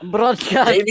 Broadcast